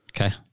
Okay